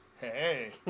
Hey